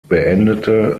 beendete